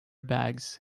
bags